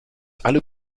alle